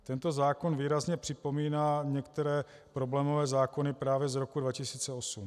Tento zákon výrazně připomíná některé problémové zákony právě z roku 2008.